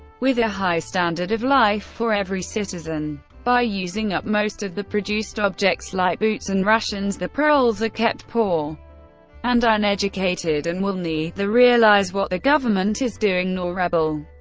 with a high standard of life for every citizen. by using up most of the produced objects like boots and rations, the proles are kept poor and uneducated and will neither realise what the government is doing nor rebel.